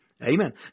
Amen